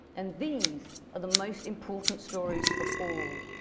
and these are the most important stories of all,